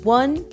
one